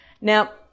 Now